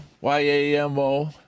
Y-A-M-O